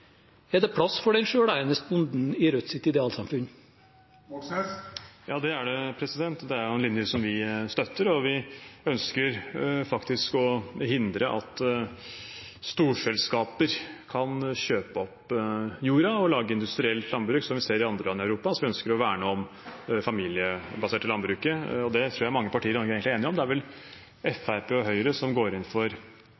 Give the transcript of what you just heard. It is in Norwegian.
Er det plass for den selveiende bonden i Rødts idealsamfunn? Ja, det er det. Det er en linje som vi støtter, og vi ønsker å hindre at storselskaper kan kjøpe opp jorden og lage industrielt landbruk, som vi ser i andre land i Europa. Vi ønsker å verne om det familiebaserte landbruket, og det tror jeg mange partier egentlig er enige om. Det er vel